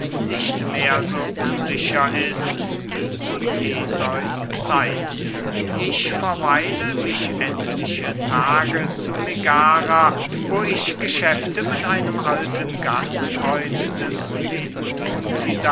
nicht mehr so unsicher ist wie zu theseus zeiten ich verweile mich etliche tage zu megara wo ich geschäfte mit einem alten gastfreund des